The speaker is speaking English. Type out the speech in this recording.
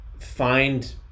find